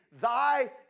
Thy